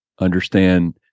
understand